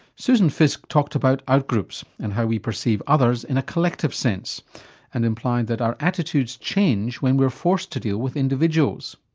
susan fiske talked about out-groups and how we perceive others in a collective sense and implied that our attitudes change when we are forced to deal with individuals.